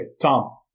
Tom